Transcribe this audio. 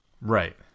right